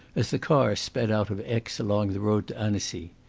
as the car sped out of aix along the road to annecy.